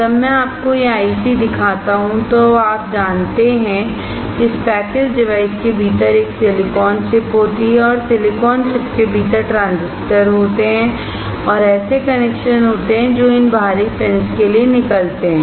जब मैं आपको यह आईसीदिखाता हूं तो अब आप जानते हैं कि इस पैकेज्ड डिवाइस के भीतर एक सिलिकॉन चिप होती है और सिलिकॉन चिप के भीतर ट्रांजिस्टर होते हैं और ऐसे कनेक्शन होते हैं जो इन बाहरी पिंस के लिए निकलते हैं